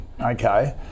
Okay